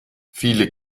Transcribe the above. viele